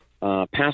passed